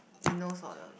Eunos for the